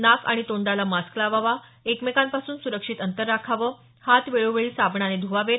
नाक आणि तोंडाला मास्क लावावा एकमेकांपासून सुरक्षित अंतर राखावं हात वेळोवेळी साबणाने ध्वावेत